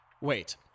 Wait